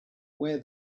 wear